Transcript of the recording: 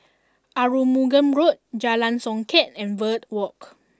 Arumugam Road Jalan Songket and Verde Walk